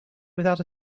without